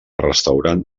restaurant